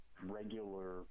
regular